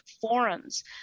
forums